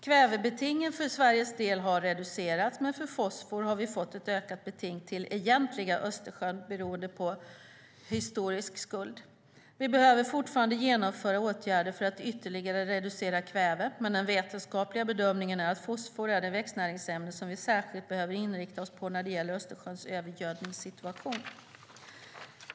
Kvävebetingen för Sveriges del har reducerats, men för fosfor har vi fått ett ökat beting till Egentliga Östersjön, beroende på en historisk skuld. Vi behöver fortfarande genomföra åtgärder för att ytterligare reducera kväve, men den vetenskapliga bedömningen är att fosfor är det växtnäringsämne som vi särskilt behöver inrikta oss på när det gäller Östersjöns övergödningssituation.